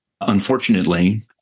Unfortunately